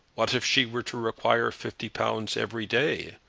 what if she were to require fifty pounds every day,